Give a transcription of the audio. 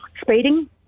speeding